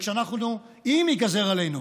ואם ייגזר עלינו